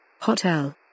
Hotel